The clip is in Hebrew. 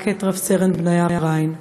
רק את רב-סרן בניה ריין,